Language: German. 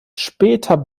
später